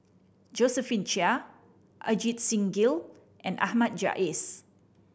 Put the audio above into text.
Josephine Chia Ajit Singh Gill and Ahmad Jais